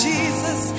Jesus